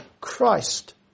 Christ